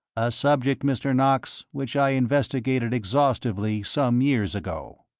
a subject, mr. knox, which i investigated exhaustively some years ago.